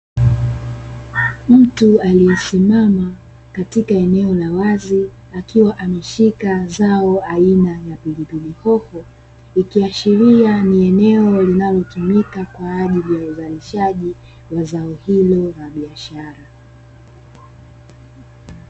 Mtu aliyesimama katika eneo la wazi akiwa ameshika zao aina ya pilipili hoho, ikiashiria ni eneo linalotumika kwa ajili ya uzalishaji wa zao hilo la biashara.